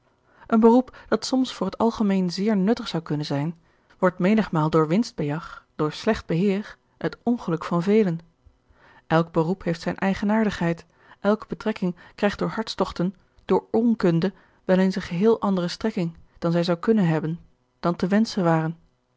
een beroep dat soms voor het algemeen zeer nuttig zou kunnen zijn wordt menigmaal door winstbejag door slecht beheer het ongeluk van velen elk beroep heeft zijne eigenaardigheid elke betrekking krijgt door hartstogten door onkunde wel eens een geheel andere strekking dan zij zou kunnen hebben dan te wenschen ware